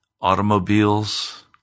automobiles